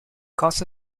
cause